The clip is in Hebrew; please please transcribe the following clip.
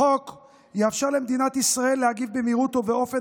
החוק יאפשר למדינת ישראל להגיב במהירות ובאופן